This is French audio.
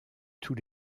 tous